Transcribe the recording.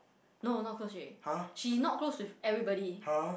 no not close already she not close with everybody